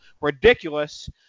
Ridiculous